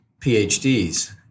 PhDs